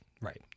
right